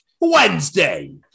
Wednesday